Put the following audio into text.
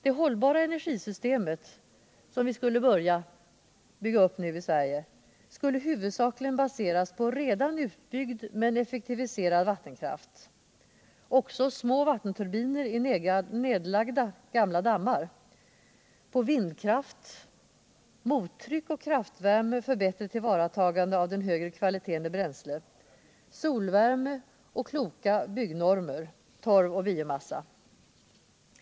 Det hållbara energisystemet, som vi nu borde bygga upp i Sverige, skulle huvudsakligen baseras på redan utbyggd men effektiviserad vattenkraft — även små vattenturbiner i nedlagda gamla dammar — på vindkraft, mottryck och kraftvärme för bättre tillvaratagande av den högre bränslekvaliteten, på solvärme och kloka byggnormer, torv och biomassa.